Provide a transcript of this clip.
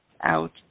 out